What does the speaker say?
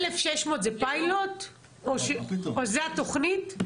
1,600 זה פיילוט או שזאת התוכנית?